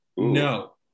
No